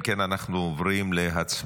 אם כן, אנחנו עוברים להצבעה.